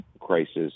crisis